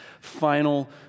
final